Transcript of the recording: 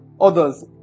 others